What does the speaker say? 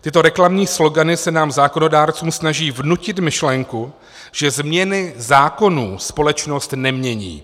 Tyto reklamní slogany se nám zákonodárcům snaží vnutit myšlenku, že změny zákonů společnost nemění.